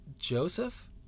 Joseph